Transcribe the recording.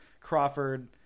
Crawford